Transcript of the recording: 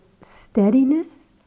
steadiness